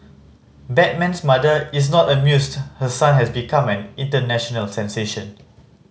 Batman's mother is not amused her son has become an international sensation